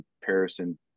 comparison